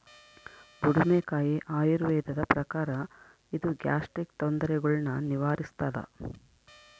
ಬುಡುಮೆಕಾಯಿ ಆಯುರ್ವೇದದ ಪ್ರಕಾರ ಇದು ಗ್ಯಾಸ್ಟ್ರಿಕ್ ತೊಂದರೆಗುಳ್ನ ನಿವಾರಿಸ್ಥಾದ